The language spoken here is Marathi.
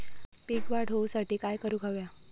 पीक वाढ होऊसाठी काय करूक हव्या?